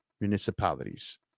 municipalities